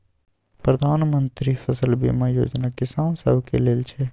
प्रधानमंत्री मन्त्री फसल बीमा योजना किसान सभक लेल छै